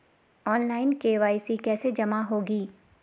Online KYC कैसे जमा होगी?